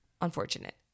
Unfortunate